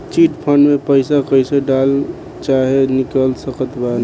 Chit fund मे पईसा कईसे डाल चाहे निकाल सकत बानी?